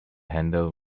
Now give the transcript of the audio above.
handle